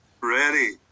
ready